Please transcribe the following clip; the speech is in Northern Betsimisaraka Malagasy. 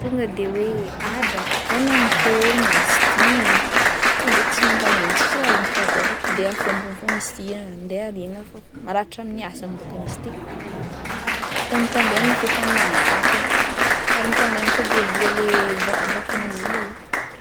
Tonga de hoe, ah drako! Ko ra nan-kôry ma izy ty, ty ndraiky tsy mampanino, tsisy raha azontsika atao, ndeha afômpony fogna izy ty, ndeha ariagna fogna, maratra amin'ny asagny bôka izy ty, mitandritandrema fe ka amin'ny magnaraka ary mitandrema sao de voa le vakivakin'izy io.